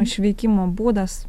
išveikimo būdas